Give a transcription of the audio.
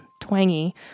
twangy